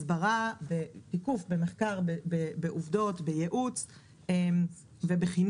בהסברה, בתיקוף, במחקר, בעובדות, בייעוץ ובחינוך.